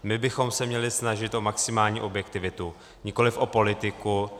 My bychom se měli snažit o maximální objektivitu, nikoliv o politiku.